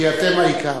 כי אתם העיקר.